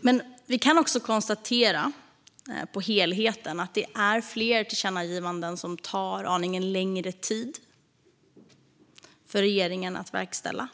Men vi kan också konstatera när det gäller helheten att det är fler tillkännagivanden som tar aningen längre tid för regeringen att verkställa.